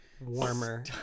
Warmer